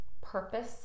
purpose